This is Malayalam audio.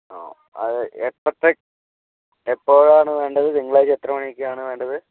ആ അത് എപ്പത്തെ എപ്പോഴാണ് വേണ്ടത് തിങ്കളാഴ്ച എത്ര മണിക്കാണ് വേണ്ടത്